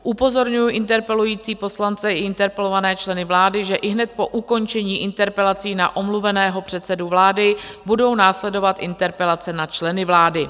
Upozorňuji interpelující poslance i interpelované členy vlády, že ihned po ukončení interpelací na omluveného předsedu vlády budou následovat interpelace na členy vlády.